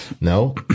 No